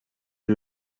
est